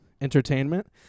entertainment